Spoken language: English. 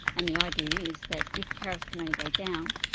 and the idea is that if tariffs can only go down,